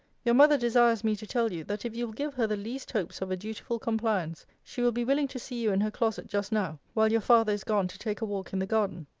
your mother desires me to tell you, that if you will give her the least hopes of a dutiful compliance, she will be willing to see you in her closet just now, while your father is gone to take a walk in the garden.